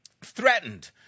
threatened